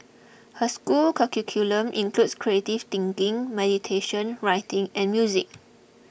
her school's curriculum includes creative thinking meditation writing and music